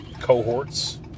cohorts